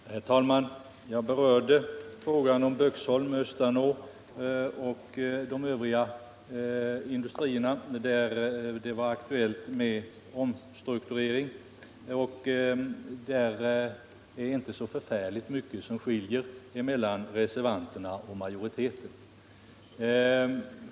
Herr talman! Jag berörde frågan om Böksholm, Östanå och de övriga industriorter där det var aktuellt med omstruktureringar. Det är inte så förfärligt mycket som skiljer mellan reservanternas och majoritetens uppfattningar.